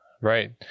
Right